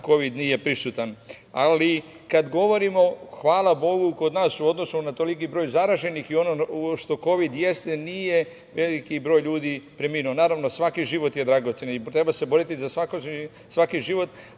kovid nije prisutan. Ali kada govorimo, hvala Bogu kod nas u odnosu na toliki broj zaraženih i na ono što kovid jeste, nije veliki broj ljudi preminuo. Naravno, svaki život je dragocen i treba se boriti za svaki život,